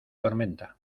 tormenta